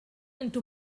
into